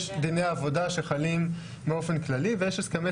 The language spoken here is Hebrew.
יש דיני עבודה שחלים באופן כללי ויש הסכמי